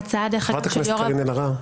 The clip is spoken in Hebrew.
חברת הכנסת קארין אלהרר.